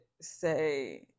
say